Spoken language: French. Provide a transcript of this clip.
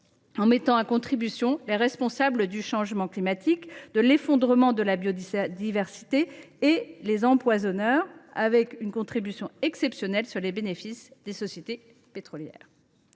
en mettant à contribution les responsables du changement du climat et de l’effondrement de la biodiversité, ainsi que les empoisonneurs, grâce à une contribution exceptionnelle sur les bénéfices des sociétés pétrolières.